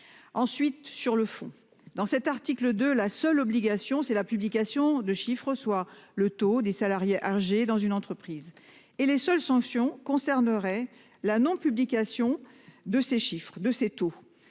Ensuite, sur le fond dans cet article de la seule obligation c'est la publication de chiffres, soit le taux des salariés âgés dans une entreprise, et les seules sanctions concerneraient la non-publication de ces chiffres de ses taux.